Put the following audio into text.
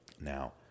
Now